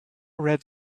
red